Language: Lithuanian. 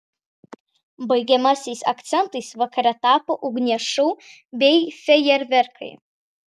baigiamaisiais akcentais vakare tapo ugnies šou bei fejerverkai